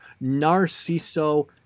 Narciso